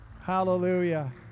Hallelujah